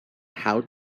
how